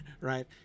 right